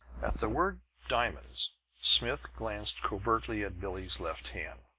at the word diamonds smith glanced covertly at billie's left hand.